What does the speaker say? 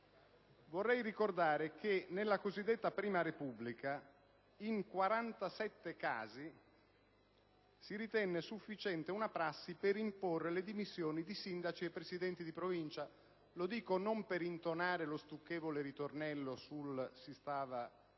Vorrei ricordare che, nella cosiddetta prima Repubblica, in 47 casi si ritenne sufficiente una prassi per imporre le dimissioni di sindaci e presidenti di Provincia: lo dico non per intonare lo stucchevole ritornello sul «si stava meglio